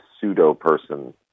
pseudo-person